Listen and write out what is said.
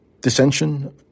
dissension –